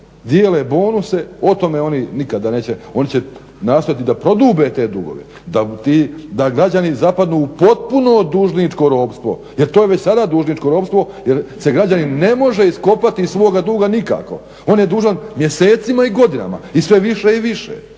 dijele bonuse o tome oni nikada neće, oni će nastojati da prodube te dugove, da građani zapadnu u potpuno dužničko ropstvo jer to je već sada dužničko ropstvo jer se građanin ne može iskopati iz svoga duga nikako. On je dužan mjesecima i godinama, i sve više i više